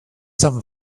some